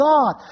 God